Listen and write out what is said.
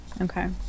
Okay